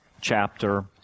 Chapter